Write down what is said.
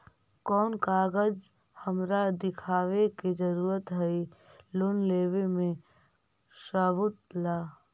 कौन कागज हमरा दिखावे के जरूरी हई लोन लेवे में सबूत ला?